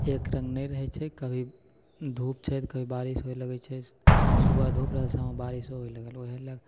एक रङ्ग नहि रहय छै कभी धूप छै तऽ कभी बारिश होइ लगैत छै सुबह धूप रहल शाममे बारिश होइ लगल ओएह लऽ